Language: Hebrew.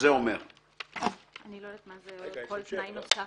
אני לא יודעת מה זה כל תנאי נוסף.